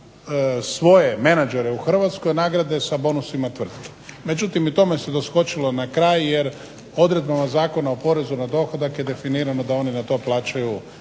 svoje menadžere u Hrvatskoj nagrade sa bonusima tvrtke. Međutim i tome se doskočilo na kraj jer odredbama Zakona o porezu na dohodak je definirano da oni na to plaćaju